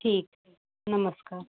ठीक है नमस्कार